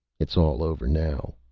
it's all over now,